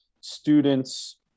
students